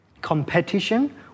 competition